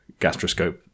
gastroscope